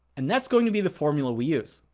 and that's going to be the formula we use.